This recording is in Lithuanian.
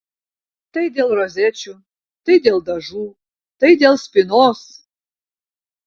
tai dėl rozečių tai dėl dažų tai dėl spynos